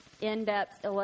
in-depth